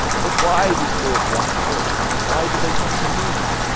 but why do spirits walk the earth, and why do they come to me?